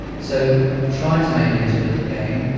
so we've tried to make it into a little game.